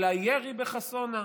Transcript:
על הירי בחסונה.